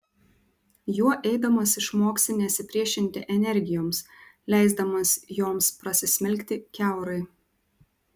juo eidamas išmoksi nesipriešinti energijoms leisdamas joms prasismelkti kiaurai